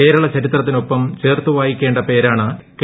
കേരള ചരിത്രത്തിനൊപ്പം ചേർത്തുവായിക്കേണ്ട പേരാണ് കെ